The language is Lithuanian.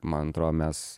man atrodo mes